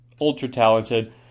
ultra-talented